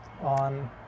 on